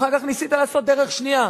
אחר כך ניסית לעשות דרך שנייה,